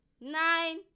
Nine